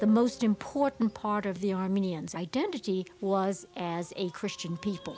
the most important part of the armenians identity was as a christian people